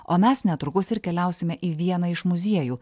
o mes netrukus ir keliausime į vieną iš muziejų